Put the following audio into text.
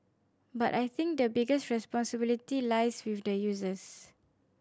but I think the biggest responsibility lies with the users